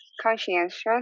conscientious